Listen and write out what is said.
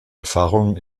erfahrungen